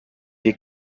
est